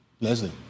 Leslie